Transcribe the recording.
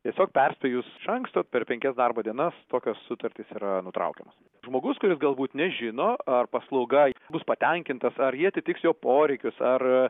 tiesiog perspėjus iš anksto per penkias darbo dienas tokios sutartys yra nutraukiamos žmogus kuris galbūt nežino ar paslauga bus patenkintas ar ji atitiks jo poreikius ar